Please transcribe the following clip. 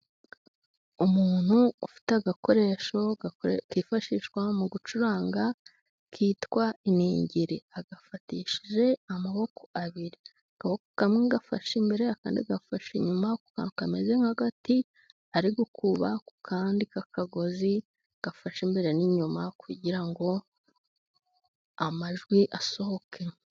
Umuntu ufite agakoresho kifashishwa mu gucuranga kitwa iningiri agafatishije amaboko abiri akaboko kamwe gafashe imbere akandi gafasha inyuma kameze nk'agati ari gukuba ku kandi k'akagozi gafashe imbe n'inyuma kugira ngo amajwi asohoke.